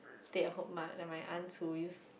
stay at home like my aunts who used to